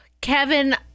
Kevin